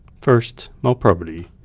first, molprobity.